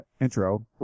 intro